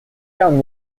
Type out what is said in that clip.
down